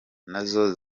nazo